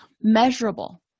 Measurable